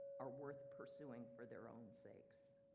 are worth pursuing for their own sakes.